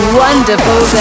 wonderful